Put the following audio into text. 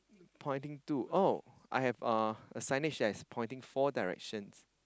pointing to oh I have a a signage that is pointing four directions